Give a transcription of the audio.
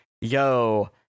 yo